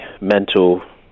mental